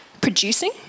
producing